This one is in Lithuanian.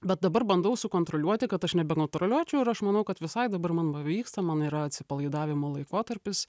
bet dabar bandau sukontroliuoti kad aš nebenatūraliočiau ir aš manau kad visai dabar man pavyksta man yra atsipalaidavimo laikotarpis